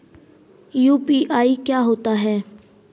UPI क्या होता है?